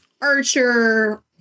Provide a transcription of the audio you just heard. Archer